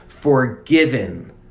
Forgiven